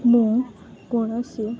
ମୁଁ କୌଣସି